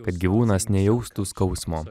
kad gyvūnas nejaustų skausmo